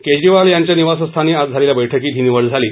केजरीवाल यांच्या निवासस्थानी आज झालेल्या बैठकीत ही निवड झाली